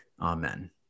Amen